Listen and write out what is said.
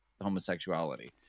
homosexuality